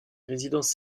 résidences